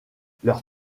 leurs